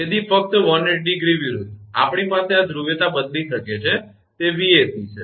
તેથી ફક્ત 180° વિરુદ્ધ આપણી પાસે આ ધ્રુવીયતા બદલી શકે છે તે 𝑉𝑎𝑐 છે